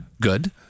good